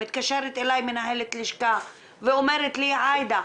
מתקשרת אליי מנהלת לשכה ואומרת לי: עאידה,